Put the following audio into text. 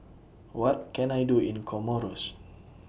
What Can I Do in Comoros